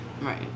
Right